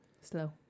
Slow